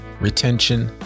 retention